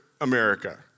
America